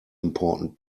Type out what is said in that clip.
important